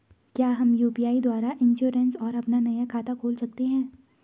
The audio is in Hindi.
क्या हम यु.पी.आई द्वारा इन्श्योरेंस और अपना नया खाता खोल सकते हैं?